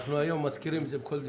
היום אנחנו מזכירים את זה בכל דיון..